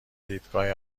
دیدگاه